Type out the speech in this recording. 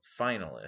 finalist